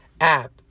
app